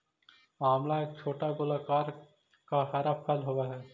आंवला एक छोटा गोलाकार का हरा फल होवअ हई